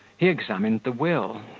he examined the will,